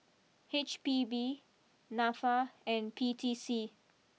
H P B NAFA and P T C